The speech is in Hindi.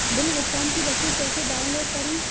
बिल भुगतान की रसीद कैसे डाउनलोड करें?